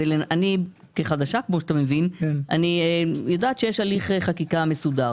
כחברת כנסת חדשה אני יודעת שיש הליך חקיקה מסודר